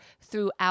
throughout